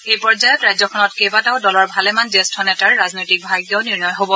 এই পৰ্যায়ত ৰাজ্যখনত কেইবাটাও দলৰ ভালেমান জ্যেষ্ঠ নেতাৰ ৰাজনৈতিক ভাগ্য নিৰ্ণয় হব